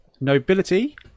Nobility